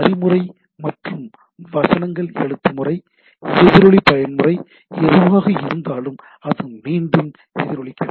வரி முறை மற்றும் வசனங்கள் எழுத்து முறை எதிரொலி பயன்முறை எதுவாக இருந்தாலும் அது மீண்டும் எதிரொலிக்கிறது